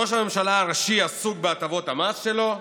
ראש הממשלה הראשי עסוק בהטבות המס שלו,